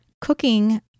cooking